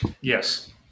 Yes